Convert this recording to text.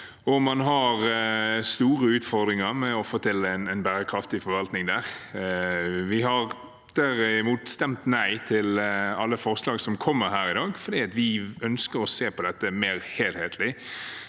man har store utfordringer med å få til en bærekraftig forvaltning. Vi stemmer derimot nei til alle forslagene her i dag fordi vi ønsker å se på dette mer helhetlig.